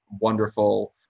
wonderful